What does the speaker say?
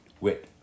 wit